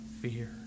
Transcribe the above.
fear